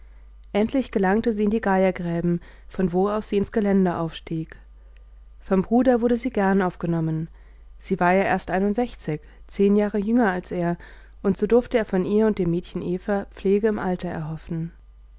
endlich gelangte sie in die geiergräben von wo aus sie ins gelände aufstieg vom bruder wurde sie gern aufgenommen sie war ja erst einundsechzig zehn jahre jünger als er und so durfte er von ihr und dem mädchen eva pflege im alter erhoffen